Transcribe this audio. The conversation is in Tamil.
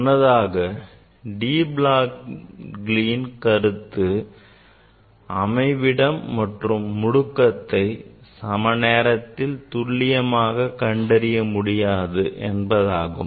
முன்னதாக de Broglieயின் கருத்து அமைவிடம் மற்றும் முடுக்கத்தை சமநேரத்தில் துல்லியமாக கண்டறிய முடியாது என்பது ஆகும்